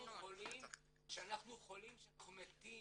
אנחנו חולים שאנחנו חולים שאנחנו מתים.